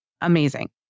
amazing